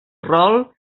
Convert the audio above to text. rol